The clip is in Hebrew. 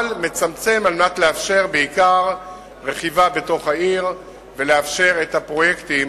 אבל מצמצם כדי לאפשר בעיקר רכיבה בתוך העיר ולאפשר את הפרויקטים